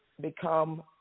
become